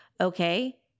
okay